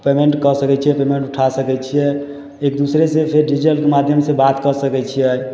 payment कऽ सकय छियै पेमेन्ट उठा सकय छियै एक दोसरासँ फेर डिजिटलके माध्यमसँ बात कऽ सकय छियै